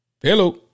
Hello